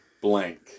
blank